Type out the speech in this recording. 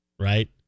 right